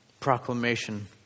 proclamation